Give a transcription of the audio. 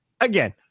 Again